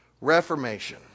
Reformation